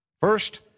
First